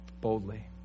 boldly